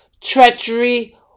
treachery